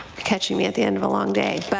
catching me at the end of a long day. but